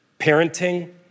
parenting